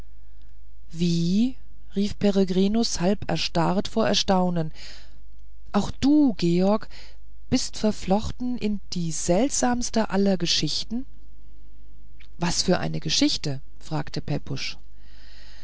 wie rief peregrinus halb erstarrt vor erstaunen auch du george bist verflochten in die seltsamste aller geschichten was für eine geschichte fragte